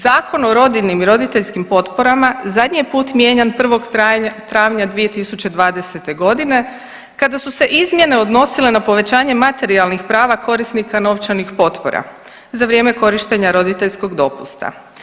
Zakon o rodiljnim i roditeljskim potporama zadnji je put mijenjan 1. travnja 2020.g. kada su se izmjene odnosile na povećanje materijalnih prava korisnika novčanih potpora za vrijeme korištenja roditeljskog dopusta.